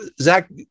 Zach